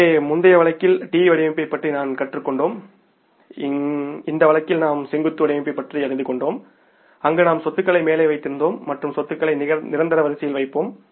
எனவே முந்தைய வழக்கில் T வடிவமைப்பைப் பற்றி நாம் கற்றுக்கொண்டோம் இந்த வழக்கில் நாம் செங்குத்து வடிவமைப்பைப் பற்றி அறிந்து கொண்டோம் அங்கு நாம் சொத்துக்களை மேலே வைத்திருக்கிறோம் மற்றும் சொத்துக்களை நிரந்தர வரிசையில் வைப்போம்